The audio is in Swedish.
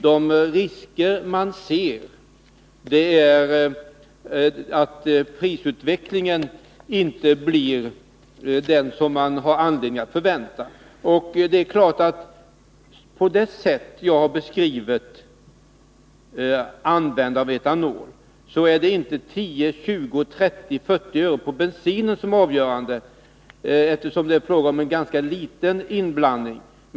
Den risk man ser är att prisutvecklingen inte blir den som man har anledning att förvänta. Mot bakgrund av användandet av etanol på det sätt som jag har beskrivit det är det inte 10, 20, 30 eller 40 öre på bensinen som är avgörande, eftersom det är fråga om en ganska liten inblandning.